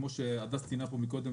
כפי שהדס ציינה כאן קודם,